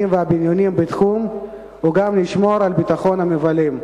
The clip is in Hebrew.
והבינוניים בתחום וגם נשמור על ביטחון המבלים.